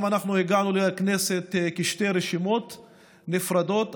אנחנו הגענו לכנסת בשתי רשימות נפרדות,